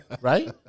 Right